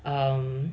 um